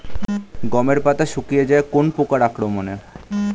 গমের পাতা শুকিয়ে যায় কোন পোকার আক্রমনে?